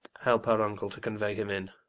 help our uncle to convey him in.